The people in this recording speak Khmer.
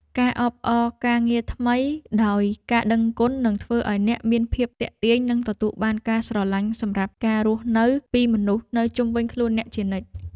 ការអបអរការងារថ្មីដោយការដឹងគុណនឹងធ្វើឱ្យអ្នកមានភាពទាក់ទាញនិងទទួលបានការស្រឡាញ់សម្រាប់ការរស់នៅពីមនុស្សនៅជុំវិញខ្លួនអ្នកជានិច្ច។